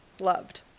loved